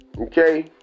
okay